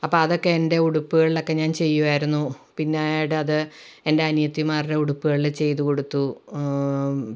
അപ്പം അതൊക്കെ എൻ്റെ ഉടുപ്പുകളൊക്കെ ഞാൻ ചെയ്യുവായിരുന്നു പിന്നീടത് എൻ്റെ അനിയത്തിമാരുടെ ഉടുപ്പുകൾ ചെയ്ത് കൊടുത്തു